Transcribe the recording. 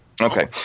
Okay